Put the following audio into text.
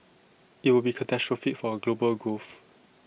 IT would be catastrophic for global growth